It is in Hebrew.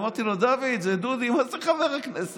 אמרתי לו: דוד, זה דודי, מה זה חבר הכנסת?